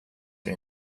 jag